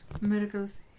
miracles